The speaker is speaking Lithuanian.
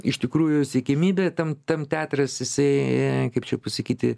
iš tikrųjų siekiamybė tam tam teatras jisai kaip čia pasakyti